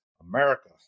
America